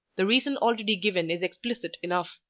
the reason already given is explicit enough.